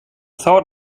thought